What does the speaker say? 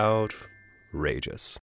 Outrageous